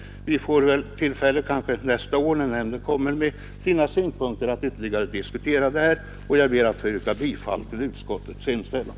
Vi får kanske tillfälle nästa år, när nämnden kommer med sina synpunkter, att ytterligare diskutera det här. Jag ber att få yrka bifall till utskottets hemställan.